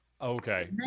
Okay